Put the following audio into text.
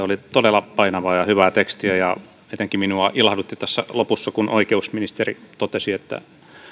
oli todella painavaa ja hyvää tekstiä etenkin minua ilahdutti tässä lopussa kun oikeusministeri totesi että